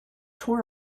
tore